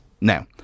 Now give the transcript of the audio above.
now